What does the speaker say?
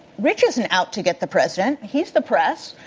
rich isn't out to get the president. he's the press.